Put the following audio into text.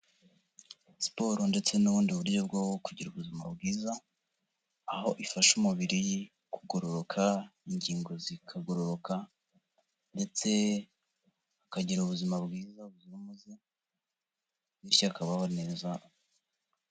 Siporo ndetse n'ubundi buryo bwo kugira ubuzima bwiza, aho ifasha umubiri kugororoka, ingingo zikagororoka ndetse ukagira ubuzima bwiza buzira umuze, bityo akabaho neza.